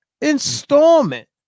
installment